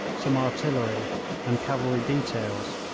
some artillery and cavalry details,